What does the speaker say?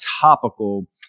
topical